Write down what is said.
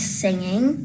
singing